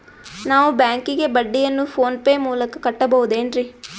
ನಾವು ಬ್ಯಾಂಕಿಗೆ ಬಡ್ಡಿಯನ್ನು ಫೋನ್ ಪೇ ಮೂಲಕ ಕಟ್ಟಬಹುದೇನ್ರಿ?